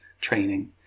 training